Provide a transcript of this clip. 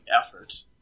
effort